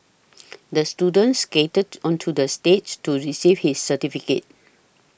the student skated onto the stage to receive his certificate